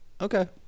Okay